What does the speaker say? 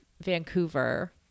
Vancouver